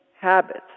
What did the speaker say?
habits